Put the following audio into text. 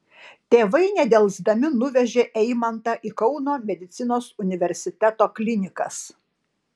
tėvai nedelsdami nuvežė eimantą į kauno medicinos universiteto klinikas